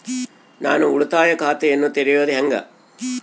ನಾನು ಉಳಿತಾಯ ಖಾತೆಯನ್ನ ತೆರೆಯೋದು ಹೆಂಗ?